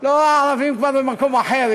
לא, הערבים כבר במקום אחר.